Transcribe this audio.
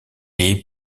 est